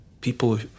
people